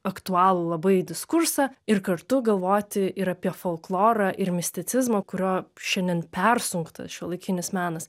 aktualų labai diskursą ir kartu galvoti ir apie folklorą ir misticizmą kuriuo šiandien persunktas šiuolaikinis menas